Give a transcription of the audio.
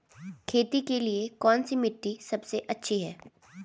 खेती के लिए कौन सी मिट्टी सबसे अच्छी है?